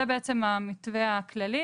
זה בעצם המתווה הכללי,